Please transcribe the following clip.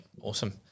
awesome